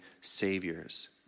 saviors